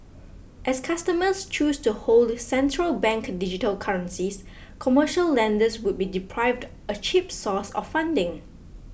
as customers choose to hold central bank digital currencies commercial lenders would be deprived of a cheap source of funding